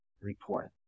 report